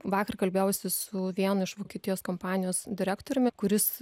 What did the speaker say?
vakar kalbėjausi su vienu iš vokietijos kompanijos direktoriumi kuris